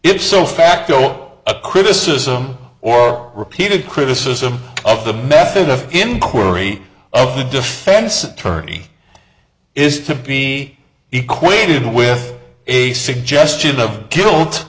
it's so facto a criticism or repeated criticism of the method of inquiry the defense attorney is to be equally good with a suggestion of guilt